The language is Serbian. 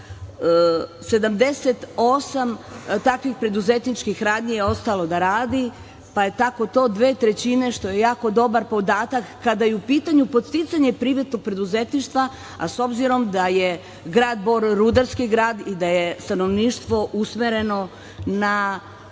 78 takvih preduzetničkih radnji je ostalo da radi, pa je tako to dve trećine, što je jako dobar podatak, kada je u pitanju podsticanje privatnog preduzetništva, a s obzirom da je grad Bor rudarski grad i da je stanovništvo usmereno na